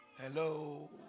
Hello